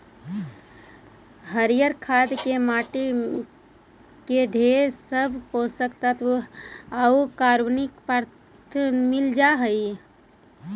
हरियर खाद से मट्टी में ढेर सब पोषक तत्व आउ कार्बनिक पदार्थ मिल जा हई